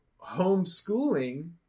homeschooling